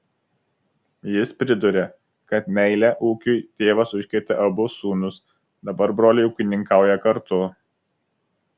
jis priduria kad meile ūkiui tėvas užkrėtė abu sūnus dabar broliai ūkininkauja kartu